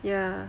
ya